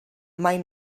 mai